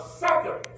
second